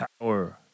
Power